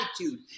attitude